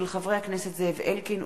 של חברי הכנסת זאב אלקין,